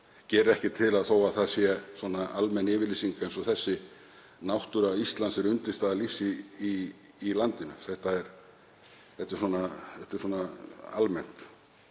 gerir ekkert til þó að þar sé almenn yfirlýsing eins og þessi: „Náttúra Íslands er undirstaða lífs í landinu.“ Þetta er svona almennt.